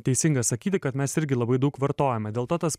teisinga sakyti kad mes irgi labai daug vartojame dėl to tas